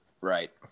Right